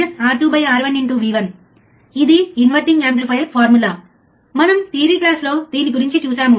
కాబట్టి input offset voltage ప్రయోగాన్ని చూద్దాం